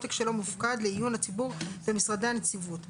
שעותק שלו מופקד לעיון הציבור במשרדי הנציבות,